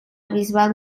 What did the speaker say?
bisbal